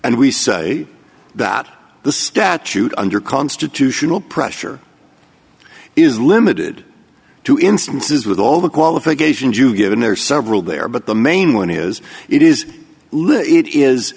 and we say that the statute under constitutional pressure is limited to instances with all the qualifications you give and there are several there but the main one is it is